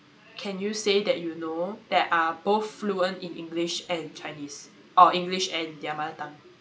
can you say that you know that are both fluent in english and chinese or english and their mother tongue